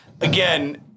again